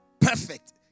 perfect